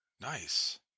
Nice